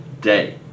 day